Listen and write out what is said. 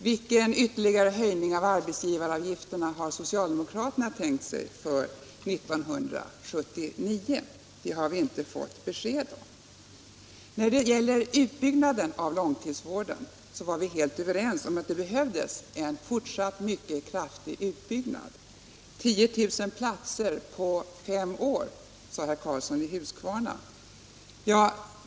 Vilken ytterligare höjning av arbetsgivaravgiften har socialdemokraterna tänkt sig för detta? Det har vi inte fått besked om. När det gäller långtidsvården var vi överens om att det behövdes en fortsatt mycket kraftig utbyggnad. Det kommer att behövas 10 000 platser på fem år, sade herr Karlsson i Huskvarna.